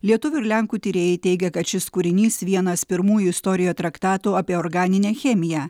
lietuvių ir lenkų tyrėjai teigia kad šis kūrinys vienas pirmųjų istorijoje traktatų apie organinę chemiją